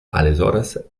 aleshores